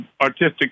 artistic